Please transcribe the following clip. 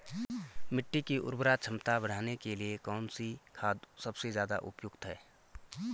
मिट्टी की उर्वरा क्षमता बढ़ाने के लिए कौन सी खाद सबसे ज़्यादा उपयुक्त है?